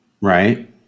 Right